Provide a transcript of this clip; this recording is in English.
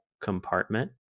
compartment